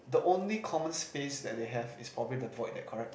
the only common space that they have is probably the void deck correct